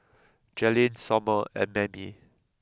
Jaelynn Sommer and Mammie